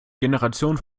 generation